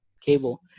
cable